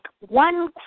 one